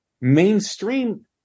mainstream